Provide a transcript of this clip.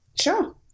Sure